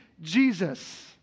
Jesus